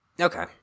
Okay